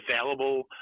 available